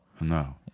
No